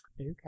Okay